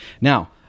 now